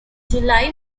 july